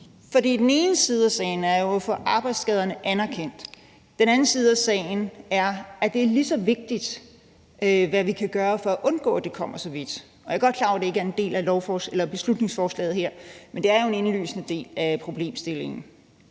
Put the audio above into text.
Den ene side af sagen er jo at få arbejdsskaderne anerkendt; den anden side af sagen er, at det er lige så vigtigt, hvad vi kan gøre for at undgå, at det kommer så vidt. Jeg er godt klar over, at det ikke er en del af beslutningsforslaget her, men det er jo en indlysende del af problemstillingen.